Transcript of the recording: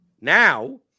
Now